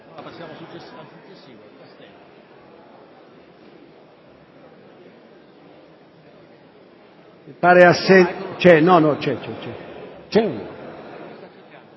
Grazie,